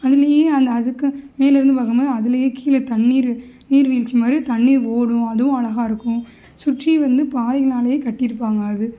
அதிலியே அந்த அதுக்கு மேலிருந்து பார்க்கும்போது அதிலியே கீழே தண்ணீர் நீர் வீழ்ச்சிமாதிரி தண்ணி ஓடும் அதுவும் அழகாக இருக்கும் சுற்றி வந்து பாறையினாலயே கட்டியிருப்பாங்க அது